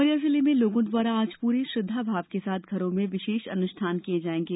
उमरिया जिले में लोगों द्वारा आज पूरे श्रद्वाभाव के साथ घरों में विशेष अनुष्ठान किये जायेंगे